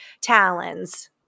talons –